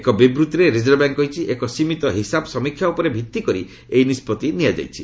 ଏକ ବିବୃଭିରେ reserve bank କହିଛି ଏକ ସୀମିତ ହିସାବ ସମୀକ୍ଷା ଉପରେ ଭିତ୍ତିକରି ଏହି ନିଷ୍ପଭି ଅଣାଯାଇଛି